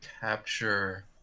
capture